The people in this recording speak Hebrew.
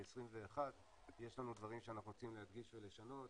ב-21' יש לנו דברים שאנחנו רוצים להדגיש ולשנות.